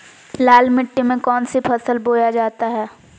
लाल मिट्टी में कौन सी फसल बोया जाता हैं?